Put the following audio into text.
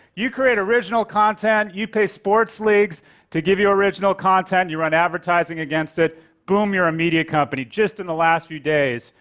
you create original content, you pay sports leagues to give you original content, you run advertising against it boom! you're a media company. just in the last few days,